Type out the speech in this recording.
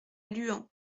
luant